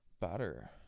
better